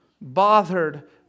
bothered